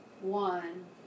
one